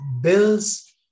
bills